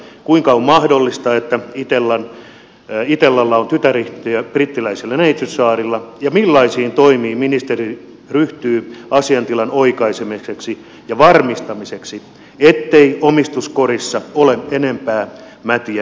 kuinka on mahdollista että itellalla on tytäryhtiö brittiläisillä neitsytsaarilla ja millaisiin toimiin ministeri ryhtyy asiantilan oikaisemiseksi ja varmistamiseksi ettei omistuskorissa ole enempää mätiä munia